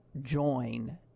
join